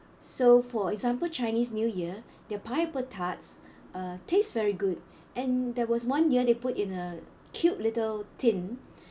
so for example chinese new year their pineapple tarts uh taste very good and there was one year they put in a cute little tin